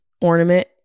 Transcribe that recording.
ornament